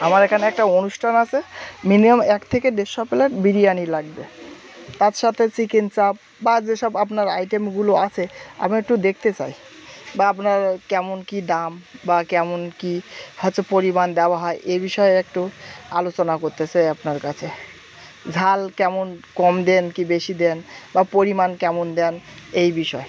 আমার এখানে একটা অনুষ্ঠান আছে মিনিমাম এক থেকে দেড়শো প্লেট বিরিয়ানি লাগবে তার সাথে চিকেন চাপ বা যেসব আপনার আইটেমগুলো আছে আমি একটু দেখতে চাই বা আপনার কেমন কী দাম বা কেমন কী হচ্ছে পরিমাণ দেওয়া হয় এ বিষয়ে একটু আলোচনা করতে চাই আপনার কাছে ঝাল কেমন কম দেন কী বেশি দেন বা পরিমাণ কেমন দেন এই বিষয়ে